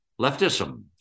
leftism